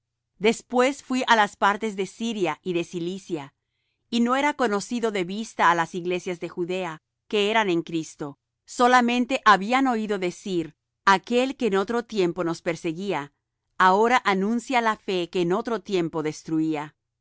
después fuí á las partes de siria y de cilicia y no era conocido de vista á las iglesias de judea que eran en cristo solamente habían oído decir aquel que en otro tiempo nos perseguía ahora anuncia la fe que en otro tiempo destruía y